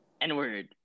n-word